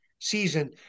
season